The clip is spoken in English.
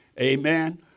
Amen